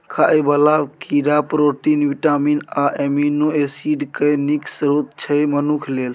खाइ बला कीड़ा प्रोटीन, बिटामिन आ एमिनो एसिड केँ नीक स्रोत छै मनुख लेल